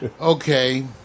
Okay